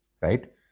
right